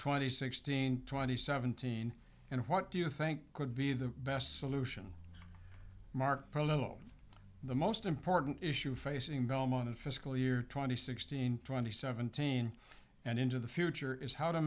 twenty sixteen twenty seventeen and what do you think could be the best solution mark polo the most important issue facing belmont in fiscal year twenty sixteen twenty seventeen and into the future is how to